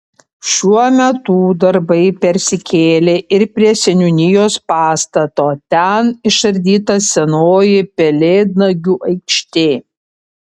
šiuo metu darbai persikėlė ir prie seniūnijos pastato ten išardyta senoji pelėdnagių aikštė